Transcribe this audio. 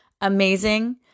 amazing